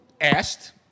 Asked